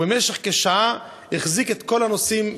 ובמשך כשעה החזיק את כל הנוסעים,